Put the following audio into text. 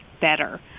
better